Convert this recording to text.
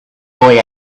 boy